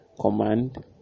Command